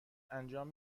انجام